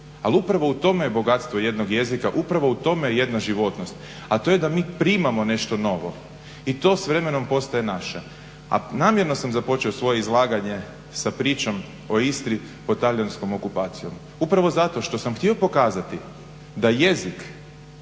ali upravo u tome je bogatstvo jednog jezika, upravo u tome je jedna životnost. A to je da mi primamo nešto novo i to s vremenom postaje naše. A namjerno sam započeo svoje izlaganje sa pričom o Istri pod talijanskom okupacijom. Upravo zato što sam htio pokazati da jezik